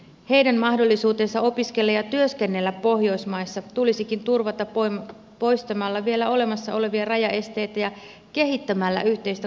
heidän mahdollisuutensa opiskella ja työskennellä pohjoismaissa tulisikin turvata poistamalla vielä olemassa olevia rajaesteitä ja kehittämällä yhteistä koulutuspolitiikkaa